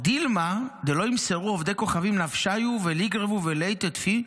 "'או דילמא' דלא ימסרו עובדי כוכבים נפשייהו ו'ליגרבו ולייתו טפי',